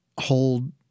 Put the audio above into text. hold